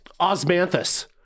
Osmanthus